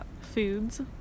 Foods